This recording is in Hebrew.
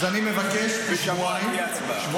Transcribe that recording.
אז אני מבקש בשבועיים.